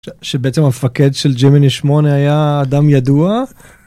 שבעצם המפקד של ג'ימני שמונה היה אדם ידוע.